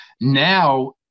Now